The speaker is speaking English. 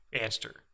answer